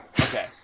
Okay